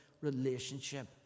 relationship